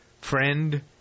friend